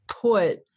put